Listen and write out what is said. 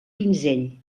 pinzell